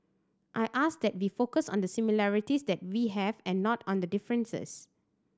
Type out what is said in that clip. I ask that we focus on the similarities that we have and not on the differences